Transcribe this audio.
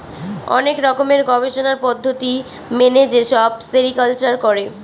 অনেক রকমের গবেষণার পদ্ধতি মেনে যেসব সেরিকালচার করে